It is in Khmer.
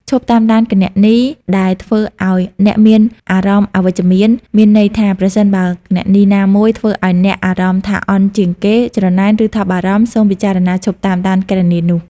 ឈប់តាមដានគណនីដែលធ្វើឱ្យអ្នកមានអារម្មណ៍អវិជ្ជមាន មានន័យថាប្រសិនបើគណនីណាមួយធ្វើឱ្យអ្នកមានអារម្មណ៍ថាអន់ជាងគេ ច្រណែន ឬថប់បារម្ភ សូមពិចារណាឈប់តាមដានគណនីនោះ។